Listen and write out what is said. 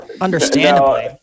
Understandably